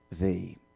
thee